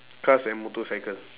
cars and motorcycle